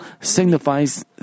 signifies